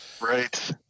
Right